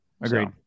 Agreed